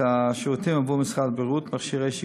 השירותים עבור משרד הבריאות, מכשירי שיקום.